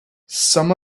some